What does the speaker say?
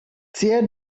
tear